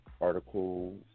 Article